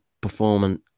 performing